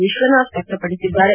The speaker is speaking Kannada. ವಿಶ್ವನಾಥ್ ವ್ಯಕ್ತಪಡಿಸಿದ್ದಾರೆ